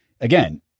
again